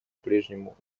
прежнему